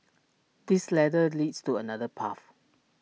this ladder leads to another path